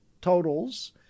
totals